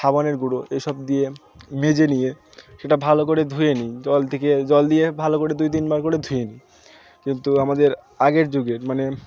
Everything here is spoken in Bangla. সাবানের গুঁড়ো এ সব দিয়ে মেজে নিয়ে সেটা ভালো করে ধুয়ে নিই জল থেকে জল দিয়ে ভালো করে দুই তিনবার করে ধুয়ে নিই কিন্তু আমাদের আগের যুগের মানে